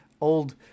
old